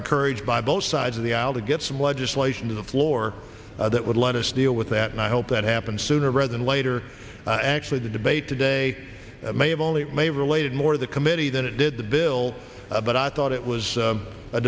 encouraged by both sides of the aisle to get some legislation to the floor that would let us deal with that and i hope that happens sooner rather than later actually the debate today may have only maybe related more to the committee than it did the bill but i thought it was